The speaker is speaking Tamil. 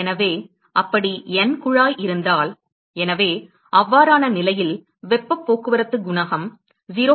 எனவே அப்படி N குழாய் இருந்தால் எனவே அவ்வாறான நிலையில் வெப்பப் போக்குவரத்துக் குணகம் 0